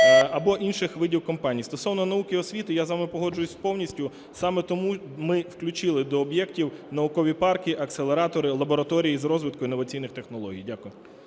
або інших видів компаній. Стосовно науки і освіти я з вами погоджуюся повністю. Саме тому ми включили до об'єктів наукові парки, акселератори, лабораторії з розвитку інноваційних технологій. Дякую.